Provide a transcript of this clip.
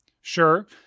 Sure